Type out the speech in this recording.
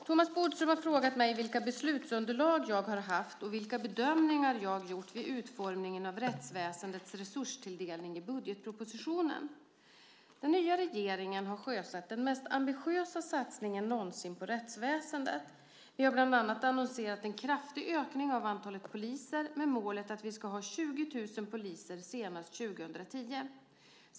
Herr talman! Thomas Bodström har frågat mig vilket beslutsunderlag jag har haft och vilka bedömningar jag har gjort vid utformningen av rättsväsendets resurstilldelning i budgetpropositionen. Den nya regeringen har sjösatt den mest ambitiösa satsningen någonsin på rättsväsendet. Vi har bland annat annonserat en kraftig ökning av antalet poliser med målet att vi ska ha 20 000 poliser senast 2010.